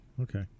okay